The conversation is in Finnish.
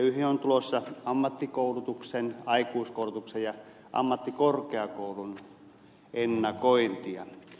elyihin on tulossa ammattikoulutuksen aikuiskoulutuksen ja ammattikorkeakoulun ennakointia